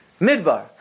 Midbar